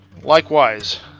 Likewise